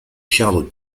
shallow